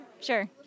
Sure